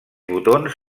botons